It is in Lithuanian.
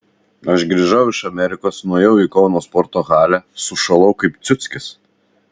aš grįžau iš amerikos nuėjau į kauno sporto halę sušalau kaip ciuckis